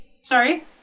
Sorry